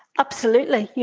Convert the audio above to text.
absolutely, yeah